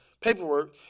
paperwork